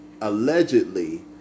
allegedly